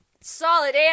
Solid